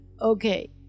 Okay